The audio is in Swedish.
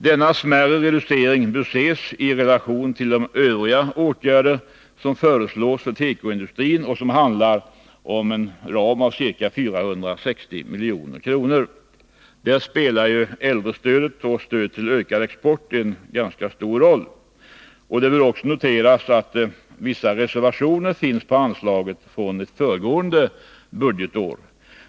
Denna smärre reducering bör ses i relation till de övriga åtgärder som föreslås för tekoindustrin och som handlar om en ram på ca 460 milj.kr. Där spelar äldrestödet och stöd till ökad export en ganska stor roll. Det bör också noteras att vissa reservationer finns när det gäller anslaget från föregående budgetår.